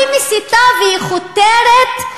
היא מסיתה והיא חותרת.